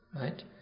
Right